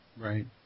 Right